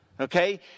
Okay